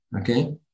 Okay